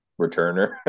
returner